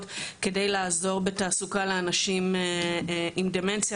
כדי לעזור בתעסוקה לאנשים עם דמנציה,